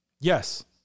yes